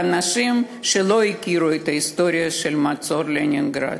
לאנשים שלא הכירו את ההיסטוריה של המצור על לנינגרד.